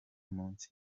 munsi